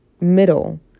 middle